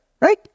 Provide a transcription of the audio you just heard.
right